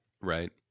right